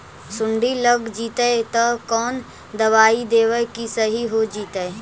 सुंडी लग जितै त कोन दबाइ देबै कि सही हो जितै?